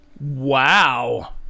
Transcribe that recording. Wow